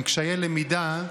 עם קשיי למידה,